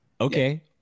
okay